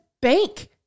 bank